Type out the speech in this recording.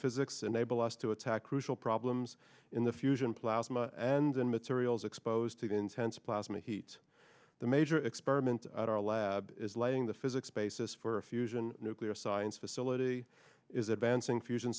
physics enable us to attack crucial problems in the fusion plasma and then materials exposed to the intense plasma heat the major experiment our lab is lighting the physics basis for a fusion nuclear science facility is advancing fusion